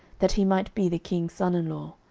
that he might be the king's son in law.